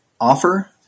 offer